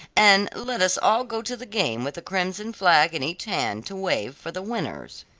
and let us all go to the game with a crimson flag in each hand to wave for the winners.